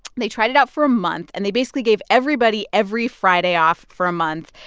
they tried it out for a month, and they basically gave everybody every friday off for a month.